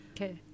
Okay